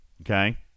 Okay